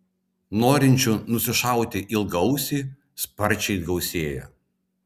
norinčių nusišauti ilgaausį sparčiai gausėja